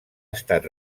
estat